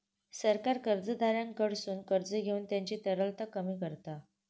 सरकार कर्जदाराकडसून कर्ज घेऊन त्यांची तरलता कमी करता